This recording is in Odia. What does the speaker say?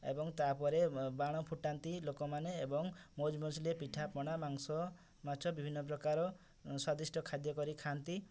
ଏବଂ ତାପରେ ବାଣ ଫୁଟାନ୍ତି ଲୋକମାନେ ଏବଂ ମଉଜ୍ ମଜଲିସ୍ ପିଠା ପଣା ମାଂସ ମାଛ ବିଭିନ୍ନ ପ୍ରକାର ସ୍ୱାଦିଷ୍ଟ ଖାଦ୍ୟ କରି ଖାଆନ୍ତି